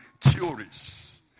theories